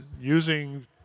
using